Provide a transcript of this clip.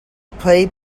pay